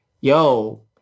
Yo